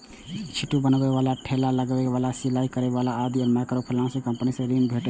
छिट्टा बनबै बला, ठेला लगबै बला, सिलाइ करै बला आदि कें माइक्रोफाइनेंस कंपनी सं ऋण भेटै छै